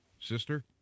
Sister